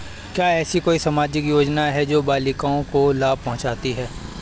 क्या ऐसी कोई सामाजिक योजनाएँ हैं जो बालिकाओं को लाभ पहुँचाती हैं?